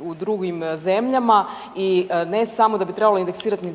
u drugim zemljama i ne samo da bi trebalo indeksirati naknade,